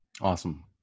Awesome